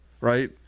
right